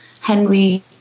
Henry